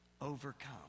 overcome